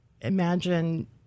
imagine